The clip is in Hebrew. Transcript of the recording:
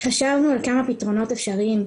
חשבנו על כמה פתרונות אפשריים,